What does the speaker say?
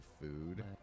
food